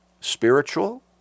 Spiritual